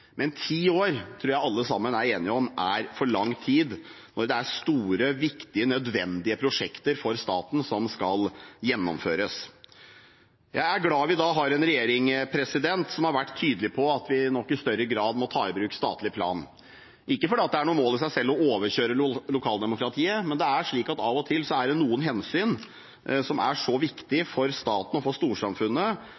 Men ti år tror jeg alle sammen er enige om er for lang tid når det er store, viktige, nødvendige prosjekter for staten som skal gjennomføres. Jeg er glad for at vi da har en regjering som har vært tydelig på at vi nok i større grad må ta i bruk statlig plan – ikke fordi det er noe mål i seg selv å overkjøre lokaldemokratiet, men det er slik at av og til er det noen hensyn som er så